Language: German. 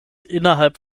innerhalb